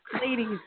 Ladies